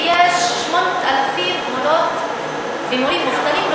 ויש 8,000 מורות ומורים מובטלים,